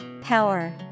Power